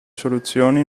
soluzioni